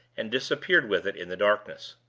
and disappeared with it in the darkness.